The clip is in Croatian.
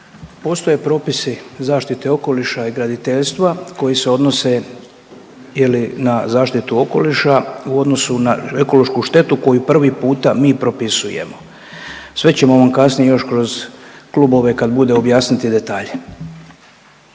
Postoje propisi zaštite okoliša i graditeljstva koji se odnose ili na zaštitu okoliša u odnosu na ekološku štetu koju prvi puta mi propisujemo. Sve ćemo vam kasnije još kroz klubove kad bude objasniti detalje.